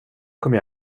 kommer